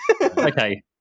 Okay